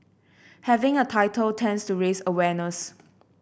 having a title tends to raise awareness